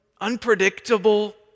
unpredictable